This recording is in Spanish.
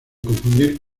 confundir